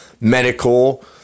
medical